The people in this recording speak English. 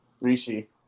Rishi